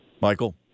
Michael